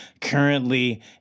Currently